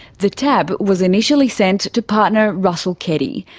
the tab was initially sent to partner russell keddie,